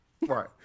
Right